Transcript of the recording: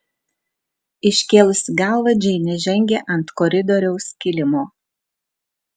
iškėlusi galvą džeinė žengė ant koridoriaus kilimo